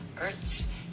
earth's